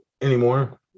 anymore